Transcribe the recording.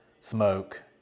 smoke